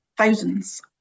thousands